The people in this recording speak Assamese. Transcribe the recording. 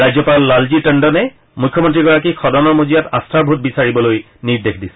ৰাজ্যপাল লালজী টেণ্ডনে মুখ্যমন্ত্ৰীগৰাকীক সদনৰ মজিয়াত আস্বাৰ ভোট বিচাৰিবলৈ নিৰ্দেশ দিছিল